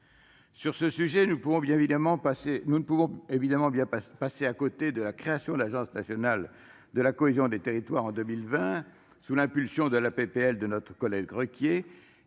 Sur ce sujet, nous ne pouvons bien évidemment pas passer à côté de la création de l'Agence nationale de la cohésion des territoires en 2020, sous l'impulsion de la proposition de loi